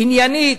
עניינית.